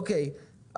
אוקיי.